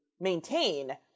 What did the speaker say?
maintain